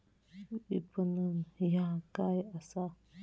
विपणन ह्या काय असा?